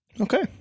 Okay